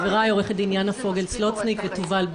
כיון שאני מבינה שיש פה גם חברי כנסת חדשים וגם לאור השאלות ששמעתי,